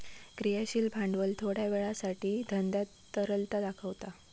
क्रियाशील भांडवल थोड्या वेळासाठी धंद्यात तरलता दाखवता